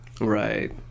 right